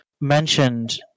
mentioned